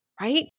right